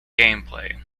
gameplay